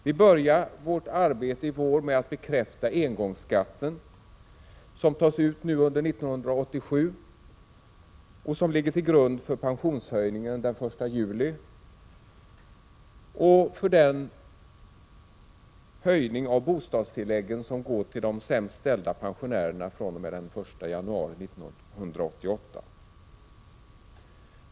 Vi började vårt arbete i vår med att bekräfta engångsskatten, som tas ut nu under 1987 och som ligger till grund för pensionshöjningen den 1 juli och för den höjning av bostadstilläggen som går till de sämst ställda pensionärerna fr.o.m. den 1 januari 1988.